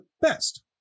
best